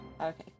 Okay